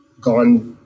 gone